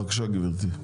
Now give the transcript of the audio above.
בבקשה, גבירתי.